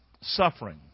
Suffering